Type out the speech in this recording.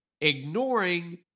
ignoring